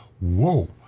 Whoa